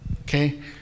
okay